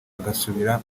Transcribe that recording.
bagasubira